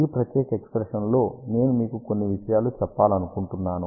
ఈ ప్రత్యేక ఎక్ష్ప్రెషన్స్ లో నేను మీకు కొన్ని విషయాలు చెప్పాలనుకుంటున్నాను